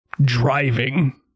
driving